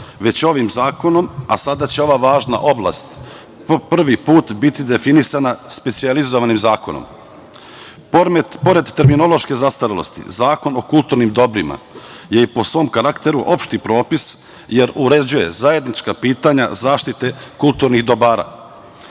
već ovim zakonom, a sada će ova važna oblast po prvi put biti definisana specijalizovanim zakonom. Pored terminološke zastarelosti, Zakon o kulturnim dobrima je po svom karakteru opšti propis, jer uređuje zajednička pitanja zaštite kulturnih dobara.